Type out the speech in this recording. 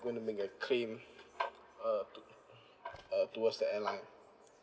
gonna make a claim uh uh towards the airline